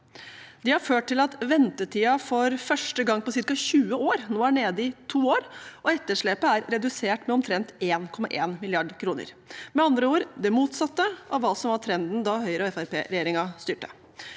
Det har ført til at ventetiden – for første gang på ca. 20 år – nå er nede i to år, og etterslepet er redusert med omtrent 1,1 mrd. kr. Dette er med andre ord det motsatte av hva som var trenden da Høyre–Fremskrittsparti-regjeringen styrte.